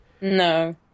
No